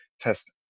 test